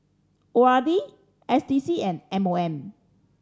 O R D S D C and M O M